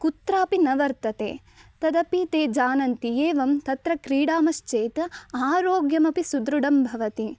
कुत्रापि न वर्तते तदपि ते जानन्ति एवं तत्र क्रीडामश्चेत् आरोग्यमपि सुदृढं भवति